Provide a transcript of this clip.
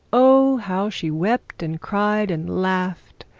oh, how she wept and cried and laughed,